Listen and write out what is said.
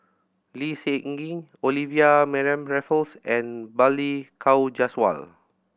Lee Seng Gee Olivia Mariamne Raffles and Balli Kaur Jaswal